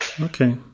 okay